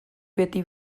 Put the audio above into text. beti